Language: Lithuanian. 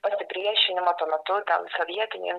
pasipriešinimą tuo metu ten sovietinės